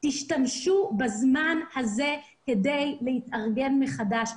אז תשתמשו בזמן הזה כדי להתארגן מחדש.